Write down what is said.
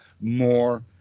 more